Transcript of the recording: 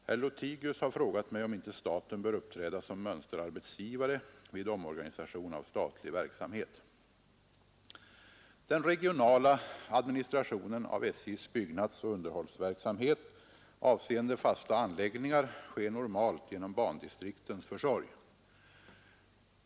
Herr Lothigius har frågat mig om inte staten bör uppträda som mönsterarbetsgivare vid omorganisation av statlig verksamhet. Den regionala administrationen av SJ:s byggnadsoch underhållsverksamhet avseende fasta anläggningar sker normalt genom bandistriktens försorg.